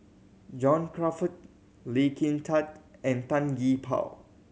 John Crawfurd Lee Kin Tat and Tan Gee Paw